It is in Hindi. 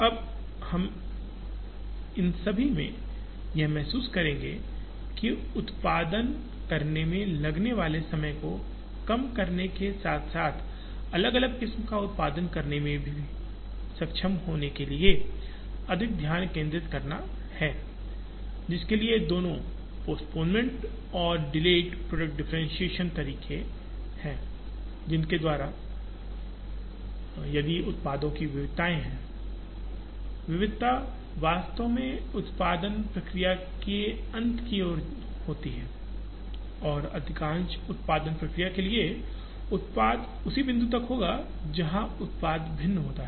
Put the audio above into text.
अब इन सभी में हम यह महसूस करेंगे कि उत्पादन करने में लगने वाले समय को कम करने के साथ साथ अलग अलग किस्म का उत्पादन करने में सक्षम होने के लिए अधिक ध्यान केंद्रित करना है जिसके लिए दोनों पोस्टपोनमेंट और डिलेड प्रोडक्ट डिफ्रेंटिएशन तरीके हैं जिनके द्वारा यदि उत्पादों की विविधताएं हैं विविधता वास्तव में उत्पादन प्रक्रिया के अंत की ओर होती है और अधिकांश उत्पादन प्रक्रिया के लिए उत्पाद उसी बिंदु तक होगा जहां उत्पाद भिन्न होता है